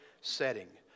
setting